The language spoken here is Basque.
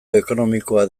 ekonomikoa